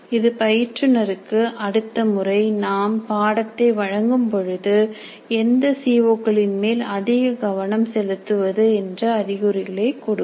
இது பயிற்றுநர்க்கு அடுத்த முறை நாம் பாடத்தை வழங்கும் பொழுது எந்த சிஓ க்களின் மேல் அதிக கவனம் செலுத்துவது என்ற அறிகுறிகளை கொடுக்கும்